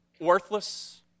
worthless